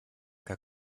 que